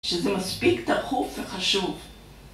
שזה מספיק דחוף וחשוב